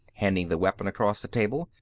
handing the weapon across the table.